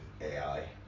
AI